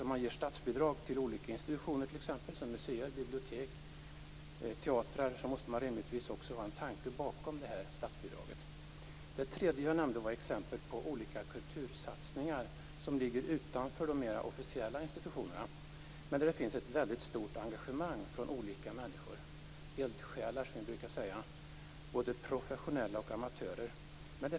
Man ger ju statsbidrag till olika institutioner såsom museer, bibliotek, teatrar osv. Då måste man rimligtvis ha en tanke bakom statsbidraget. För det tredje nämnde jag exempel på olika kultursatsningar som ligger utanför de officiella institutionerna, men där det finns ett väldigt stort engagemang från olika människor - eldsjälar, som vi brukar kalla dem, både professionella och amatörer.